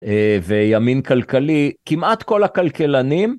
וימין כלכלי, כמעט כל הכלכלנים.